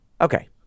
Okay